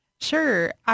Sure